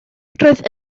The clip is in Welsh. roedd